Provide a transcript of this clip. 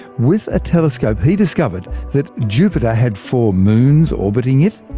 with a telescope he discovered that jupiter had four moons orbiting it,